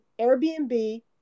Airbnb